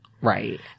Right